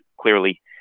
clearly